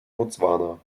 botswana